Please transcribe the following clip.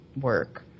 work